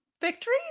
victories